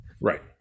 Right